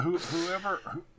Whoever